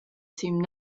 seemed